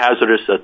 hazardous